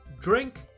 drink